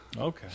Okay